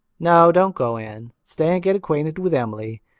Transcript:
no, don't go, anne. stay and get acquainted with emily.